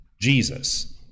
Jesus